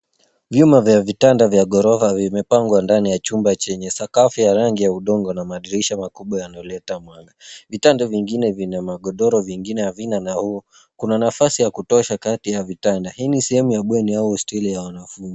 Vyuma vya vitanda vya ghorofa vimepangwa ndani yac humba yenye sakafu ya vigae ya rangi ya udongo na madirisha makubwa yanayoleta mwanga. Vitanda vingine vina magodoro vingine havina na kuna nafasi ya kutosha kati ya vitanda. Hii ni sehemu ya bweni au hosteli ya wanafunzi.